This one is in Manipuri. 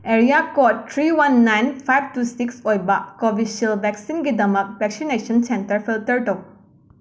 area code three one nine five two six ꯑꯣꯏꯕꯥ ꯀꯣꯕꯤꯁꯤꯜ ꯕꯦꯛꯁꯤꯟꯒꯤꯗꯃꯛ ꯕꯦꯛꯁꯤꯅꯦꯁꯟ ꯁꯦꯟꯇꯔ ꯐꯤꯜꯇꯔ ꯇꯧ